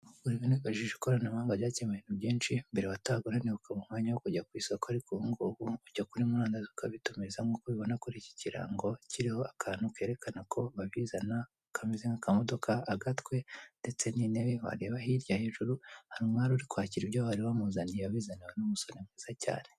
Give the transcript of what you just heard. Kugura ibintu wifashihije ikoranabuganga byakemuye ibintu byinshi, mbere watahaga unaniwe ukabura umwanya wo kujya ku isosko, ariko ubungubu ujya kuri murandasi ukabitumiza, nk'uko mu bibona kuri iki kirango , kiriho akantu kerekana ko babizana kameze nk'akamodoka, agatwe, ndetse n'intebe, wareba hirya hejuru, hari umwari uri kwakira ibyo bari bamuzaniye, abizaniwe n'umusore mwiza cyane.